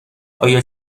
آیا